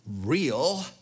real